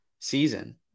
season